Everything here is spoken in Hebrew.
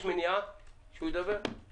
יש מניעה שהוא ידבר?